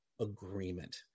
agreement